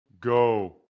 Go